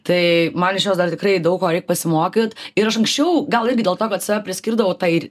tai man iš jos dar tikrai daug ko reik pasimokyt ir aš anksčiau gal irgi dėl to kad save priskirdavau tai